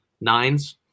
nines